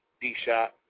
D-Shot